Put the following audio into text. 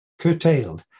curtailed